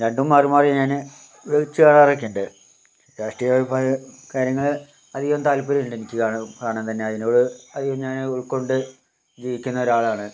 രണ്ടും മാറി മാറി ഞാന് വച്ച് കാണാറൊക്കെയുണ്ട് രാഷ്ട്രീയപരമായ കാര്യങ്ങള് അധികം താല്പര്യമില്ലെനിക്ക് കാണാ കാണാൻ തന്നെ അതിനോട് അധികം ഞാൻ ഉൾകൊണ്ട് ജീവിക്കുന്ന ഒരാളാണ്